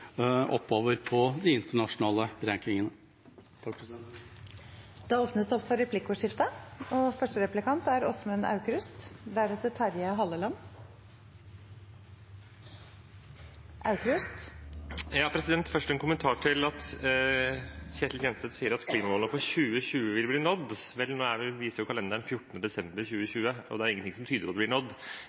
replikkordskifte. Først en kommentar til at Ketil Kjenseth sier at klimamålet for 2020 vil bli nådd. Vel, nå viser jo kalenderen 14. desember 2020, og det er ingenting som tyder på at det blir nådd.